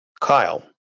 Kyle